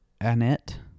Annette